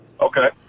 Okay